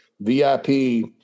VIP